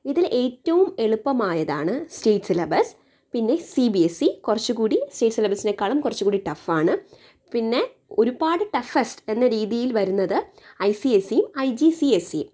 ഇതില് ഏറ്റവും എളുപ്പമായത് ആണ് സ്റ്റേറ്റ് സിലബസ് പിന്നെ സി ബി എസ് ഇ കുറച്ചു കൂടി സ്റ്റേറ്റ് സിലബസിനേക്കാളും കുറച്ചു കൂടി ടഫ് ആണ് പിന്നെ ഒരു പാട് ടഫസ്റ്റ് എന്ന രീതിയില് വരുന്നത് I C S E I G C S E